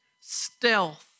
stealth